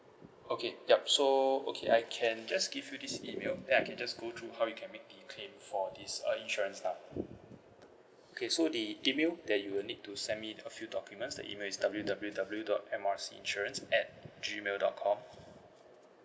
okay yup so okay I can just give you this email then I can just go through how we can make the claim for this uh insurance lah okay so the email that you'll need to send me a few documents the email is W W W dot M R C insurance at gmail dot com